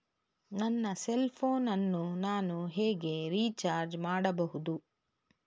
ನನ್ನ cell phone ಅನ್ನು ನಾನು ಹೇಗೆ ರಿಚಾರ್ಜ್ ಮಾಡಬಹುದು?